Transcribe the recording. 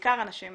בעיקר אנשים